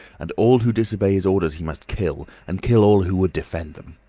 and all who disobey his orders he must kill, and kill all who would defend them.